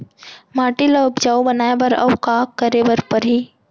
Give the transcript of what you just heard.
माटी ल उपजाऊ बनाए बर अऊ का करे बर परही?